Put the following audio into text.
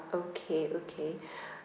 okay okay